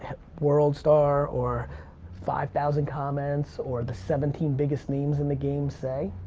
world star or five thousand comments, or the seventeen biggest memes in the game say.